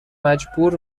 مجبور